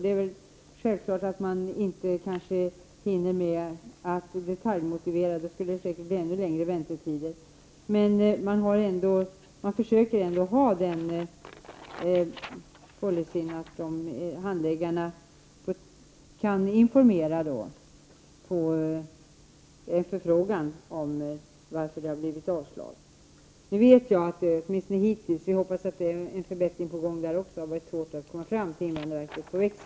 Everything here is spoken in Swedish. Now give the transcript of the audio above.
Det är ganska självklart att man inte hinner med att motivera i detalj, då skulle det säkert bli ännu längre väntetider -- detta är ett svar också till Jan Erik Wikström. Men man försöker ändå ha den policyn att handläggarna på en förfrågan kan informera om varför det blivit avslag. Nu vet jag att det hittills, men jag hoppas att det är en förbättring på väg också där, har varit svårt att komma fram på invandrarverkets växel.